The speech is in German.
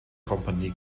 kompanie